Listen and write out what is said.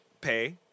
pay